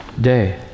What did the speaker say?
day